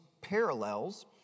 parallels